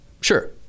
sure